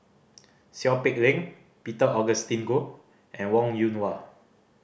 Seow Peck Leng Peter Augustine Goh and Wong Yoon Wah